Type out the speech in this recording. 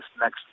next